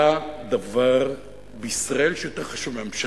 אירע דבר בישראל שהוא יותר חשוב מהממשלה,